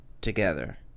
together